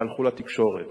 והלכו לתקשורת.